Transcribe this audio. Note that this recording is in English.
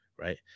right